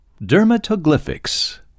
Dermatoglyphics